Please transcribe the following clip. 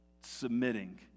submitting